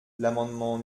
l’amendement